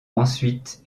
ensuite